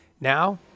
now